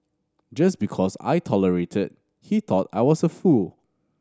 just because I tolerated he thought I was a fool